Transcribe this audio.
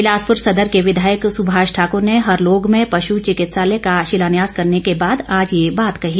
बिलासपुर सदर के विधायक सुभाष ठाकर ने हरलोग में पश् चिकित्सालय का शिलान्यास करने के बाद आज ये बात कही